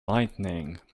lightning